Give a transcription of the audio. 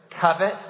covet